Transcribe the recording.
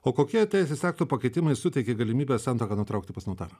o kokie teisės aktų pakeitimai suteikia galimybę santuoką nutraukti pas notarą